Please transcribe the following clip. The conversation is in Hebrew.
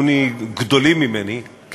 לא.